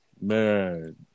Man